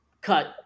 cut